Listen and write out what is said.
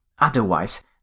otherwise